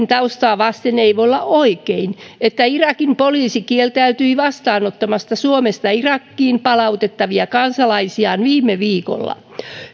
taustaa vasten ei voi olla oikein että irakin poliisi kieltäytyi vastaanottamasta suomesta irakiin palautettavia kansalaisiaan viime viikolla